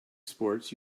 sports